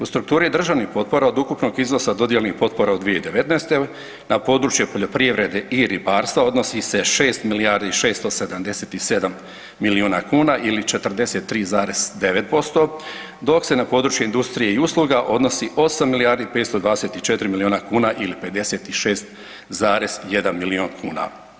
U strukturi državnih potpora od ukupnog iznosa dodijeljenih potpora u 2019. na područje poljoprivrede i ribarstva odnosi se 6 milijardi i 677 milijuna kuna ili 43,9% dok se na područje industrije i usluga odnosi 8 milijardi i 524 milijuna kuna ili 56,1 milijun kuna.